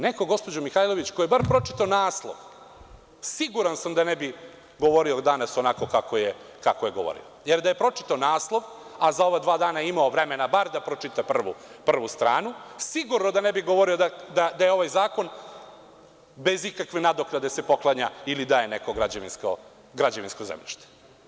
Neko, gospođo Mihajlović, ko je bar pročitao naslov, siguran sam da ne bi danas govorio onako kako je govorio, jer da je pročitao naslov, a za ova dva dana je imao vremena barem da pročita prvu stranu, sigurno da ne bi govorio da ovaj zakon bez ikakve nadoknade poklanja ili daje građevinsko zemljište.